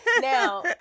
Now